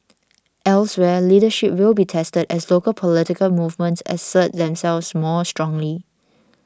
elsewhere leadership will be tested as local political movements assert themselves more strongly